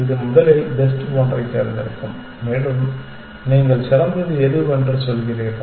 இது முதலில் பெஸ்ட் ஒன்றைத் தேர்ந்தெடுக்கும் மேலும் நீங்கள் சிறந்தது எதுவென்று சொல்கிறீர்கள்